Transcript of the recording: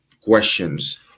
questions